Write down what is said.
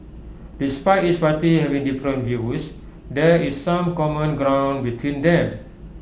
despite each party having different views there is some common ground between them